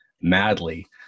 madly